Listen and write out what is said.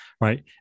right